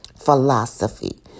philosophy